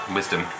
Wisdom